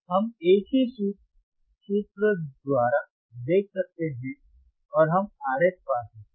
हम एक ही सूत्र द्वारा देख सकते हैं और हम RH पा सकते हैं